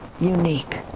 unique